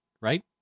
right